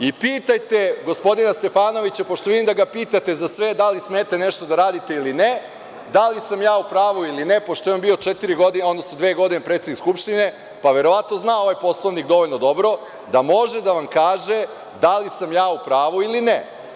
Pitajte gospodina Stefanovića, pošto vidim da ga pitate za sve da li smete nešto da radite ili ne, da li sam ja u pravu ili ne, pošto je on bio dve godine predsednik Skupštine, pa verovatno zna ovaj Poslovnik dovoljno dobro da može da vam kaže da li sam ja u pravu ili ne.